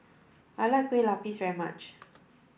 I like Kueh Lapis very much